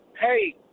Hey